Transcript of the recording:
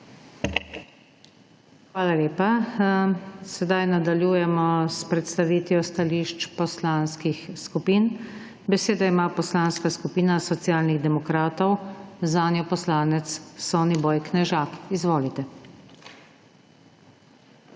Hvala lepa. Prehajamo na predstavitev stališč poslanskih skupin. Besedo ima Poslanska skupina Socialnih demokratov, zanjo poslanec Soniboj Knežak. Izvolite.